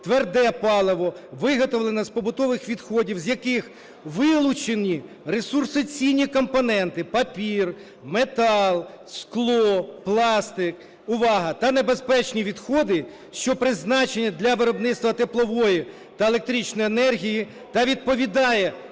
тверде паливо, виготовлене з побутових відходів, з яких вилучені ресурсоцінні компоненти (папір, метал, скло, пластик)", увага, "та небезпечні відходи, що призначене для виробництва теплової та електричної енергії та відповідає